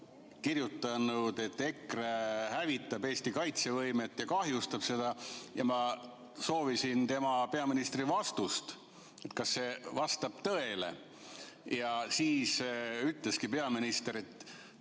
kirjutanud, et EKRE hävitab Eesti kaitsevõimet ja kahjustab seda, siis ma soovisin peaministrilt vastust, kas see vastab tõele. Siis ütleski peaminister